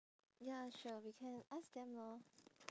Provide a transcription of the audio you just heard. ya sure we can ask them lor